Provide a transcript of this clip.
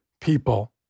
people